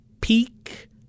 peak